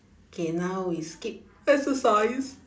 K now we skip exercise